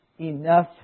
enough